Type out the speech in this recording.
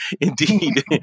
indeed